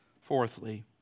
fourthly